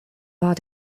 war